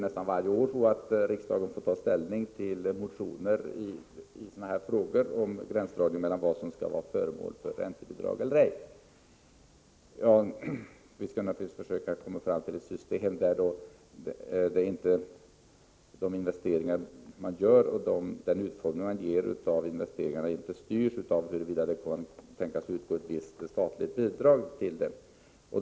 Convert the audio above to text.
Nästan varje år får riksdagen ta ställning till motioner i frågor om vad som skall bli föremål för räntebidrag eller ej. Vi skall naturligtvis försöka komma fram till ett system där utformningen av investeringarna inte styrs av huruvida ett visst statligt bidrag kan tänkas utgå.